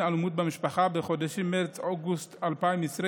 אלימות במשפחה בחודשים מרץ עד אוגוסט 2020,